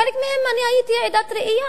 בחלק מהם אני הייתי עדת ראייה,